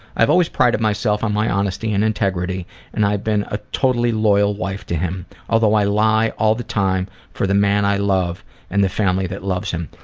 i've always prided myself on my honest and integrity and i've been a totally loyal wife to him ah though i lie all the time for the man i love and the family that loves him.